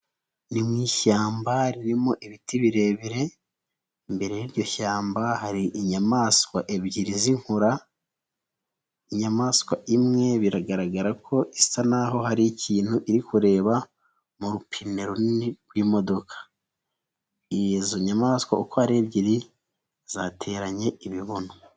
Ni mu ishyamba ririmo ibiti birebire, imbere y'iryo shyamba hari inyamaswa ebyiri z'inkura, inyamaswa imwe biragaragara ko isa n'aho hari ikintu iri kureba mu rupine runini rw'imodoka, izo nyamaswa uko ari ebyiri zateranye ibibuno.